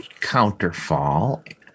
Counterfall